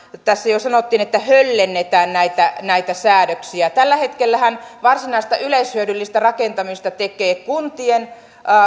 tässä jo sanottiin että höllennetään näitä näitä säädöksiä tällä hetkellähän varsinaista yleishyödyllistä rakentamista tekevät kuntien